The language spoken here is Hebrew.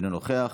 אינו נוכח,